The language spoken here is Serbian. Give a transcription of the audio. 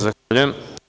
Zahvaljujem.